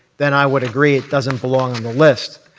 then i would agree, it doesn't belong on the list.